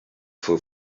for